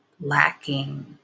lacking